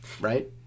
right